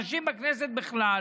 הנשים בכנסת בכלל,